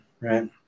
right